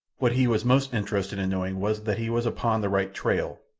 what he was most interested in knowing was that he was upon the right trail,